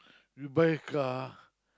you buy a car